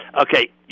Okay